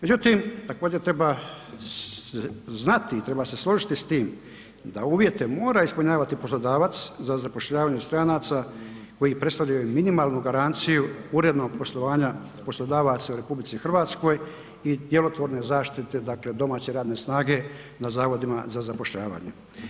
Međutim, također treba znati i treba se složiti s tim da uvjete mora ispunjavati poslodavac za zapošljavanje stranaca koji predstavljaju minimalnu garanciju urednog poslovanja poslodavaca u RH i djelotvorne zaštite, dakle domaće radne snage na zavodima za zapošljavanje.